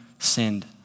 Sinned